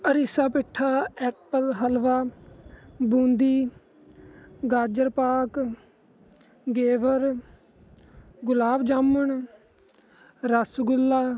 ਅਰੀਸਾ petha apple halwa boondi ਗਾਜਰ ਪਾਕ ਗੇਵਰ ਗੁਲਾਬ ਜਾਮਣ ਰਸਗੁੱਲਾ